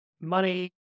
money